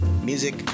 music